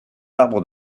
arbres